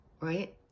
Right